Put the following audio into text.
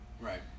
Right